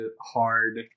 hard